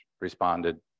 responded